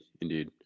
indeed